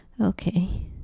Okay